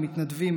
המתנדבים,